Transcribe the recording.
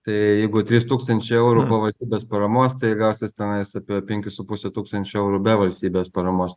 tai jeigu trys tūkstančiai eurų po valstybės paramos tai gausis tenais apie penkis su puse tūkstančio eurų be valstybės paramos